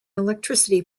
electricity